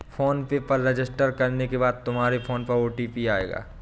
phone पे पर register करने के बाद तुम्हारे फोन नंबर पर ओ.टी.पी आएगा